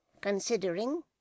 considering—